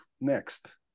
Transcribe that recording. next